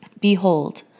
Behold